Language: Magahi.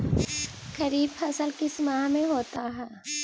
खरिफ फसल किस माह में होता है?